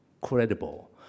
credible